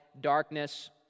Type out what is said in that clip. darkness